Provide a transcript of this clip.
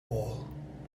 wall